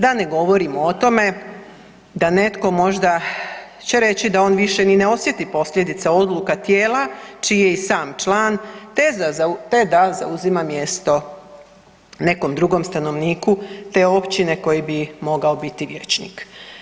Da ne govorimo o tome da netko možda će reći da on više ni ne osjeti posljedice odluka tijela čiji je i sam član te da zauzima mjesto nekom drugom stanovniku te općine koji bi mogao biti vijećnik.